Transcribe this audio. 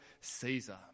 Caesar